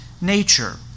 nature